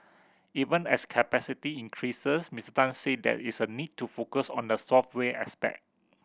even as capacity increases Mister Tan said there is a need to focus on the software aspect